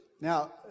Now